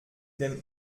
dem